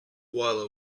while